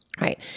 right